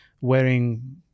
wearing